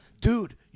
Dude